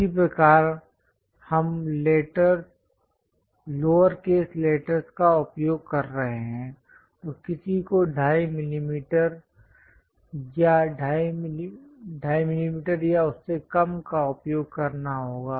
इसी प्रकार यदि हम लोअरकेस लेटरस् का उपयोग कर रहे हैं तो किसी को 25 मिलीम eter 25 मिलीमीटर या उससे कम का उपयोग करना होगा